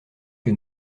que